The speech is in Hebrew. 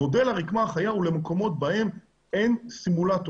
מודל הרקמה החיה הוא למקומות בהם אין סימולטורים.